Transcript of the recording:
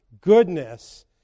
goodness